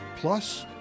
plus